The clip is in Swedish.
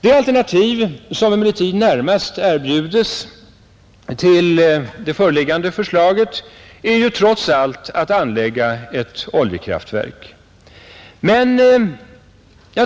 Det alternativ som emellertid närmast erbjuds till det föreliggande förslaget är att anlägga ett oljekraftverk.